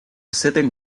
sitting